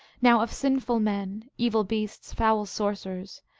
now of sinful men, evil beasts, foul sorcerers,